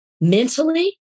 Mentally